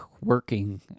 working